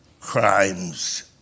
crimes